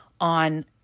on